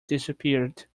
disappeared